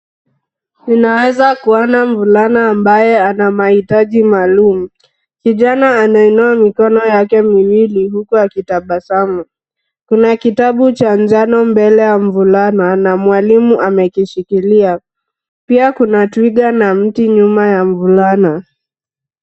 Unaweza kuona mvulana ambaye ana mahitaji maalum. Kijana anainua mikono yake miwili huku akitabasamu. Kuna kitabu cha njano mbele ya mvulana, na mwalimu amekishikilia. Pia kuna twiga na mti mbele ya mvulana.